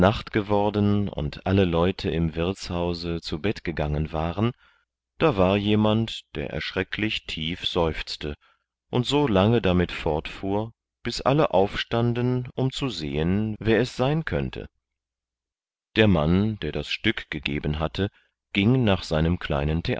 geworden und alle leute im wirtshause zu bett gegangen waren da war jemand der erschrecklich tief seufzte und so lange damit fortfuhr bis alle aufstanden um zu sehen wer es sein könnte der mann der das stück gegeben hatte ging nach seinem kleinen